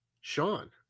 Sean